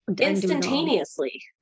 instantaneously